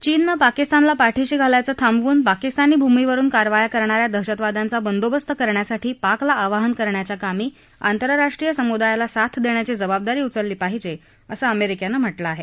चीननं पाकिस्तानला पाठीशी घालायचं थांबवून पाकिस्तानी भूमीवरून कारवाया करणा या दहशतवाद्यांचा बंदोबस्त करण्यासाठी पाकला आवाहन करण्याच्या कामी आंतरराष्ट्रीय समुदायाला साथ देण्याची जबाबदारी उचलली पाहिजे असं अमेरिकेनं म्हटलं आहे